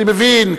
אני מבין,